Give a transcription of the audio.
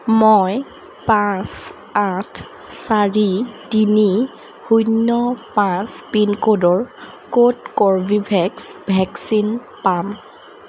মই পাঁচ আঠ চাৰি তিনি শূন্য পাঁচ পিনক'ডৰ ক'ত কৰ্বীভেক্স ভেকচিন পাম